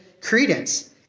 credence